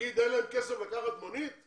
להגיד שאין להם כסף לקחת מונית?